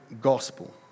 gospel